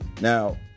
now